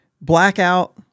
blackout